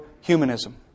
humanism